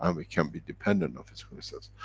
um we can be dependent of physical resource.